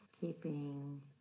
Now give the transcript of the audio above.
keeping